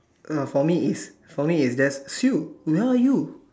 uh for me it's for me it's just Sue where are you